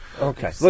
okay